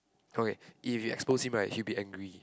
okay if you expose him right he will be angry